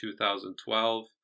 2012